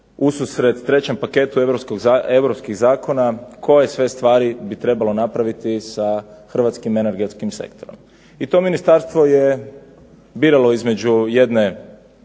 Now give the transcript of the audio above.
ususret trećem paketu europskih zakona koje sve stvari bi trebalo napraviti sa Hrvatskim energetskim sektorom. I to ministarstvo je biralo između jedne